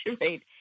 right